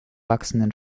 wachsenden